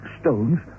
stones